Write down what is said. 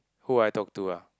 who I talk to ah